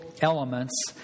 elements